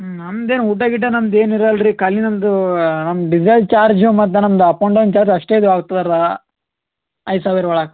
ಹ್ಞೂ ನಮ್ದೇನು ಊಟ ಗೀಟ ನಮ್ದು ಏನು ಇರೋಲ್ ರೀ ಖಾಲಿ ನಮ್ದೂ ನಮ್ದು ಡಿಸೇಲ್ ಚಾರ್ಜ್ ಮತ್ತು ನಮ್ದು ಅಪ್ ಆ್ಯಂಡ್ ಡೌನ್ ಚಾರ್ಜ್ ಅಷ್ಟೆ ಇದು ಆಗ್ತದಲಾ ಐದು ಸಾವಿರ ಒಳಗೆ